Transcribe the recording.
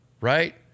right